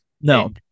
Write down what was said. No